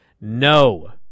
No